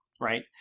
right